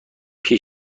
برای